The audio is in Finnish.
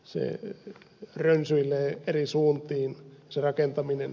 se rönsyilee eri suuntiin se rakentaminen